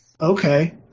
okay